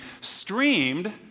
streamed